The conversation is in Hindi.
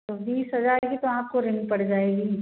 तो बीस हज़ार की तो आपको रिंग पड़ जाएगी